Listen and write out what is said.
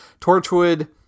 Torchwood